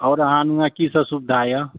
आओर अहाँमे की सब सुबिधा यऽ